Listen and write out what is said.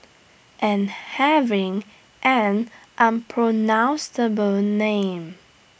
and having an unpronounceable name